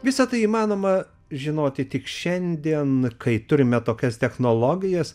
visa tai įmanoma žinoti tik šiandien kai turime tokias technologijas